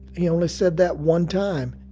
he only said that one time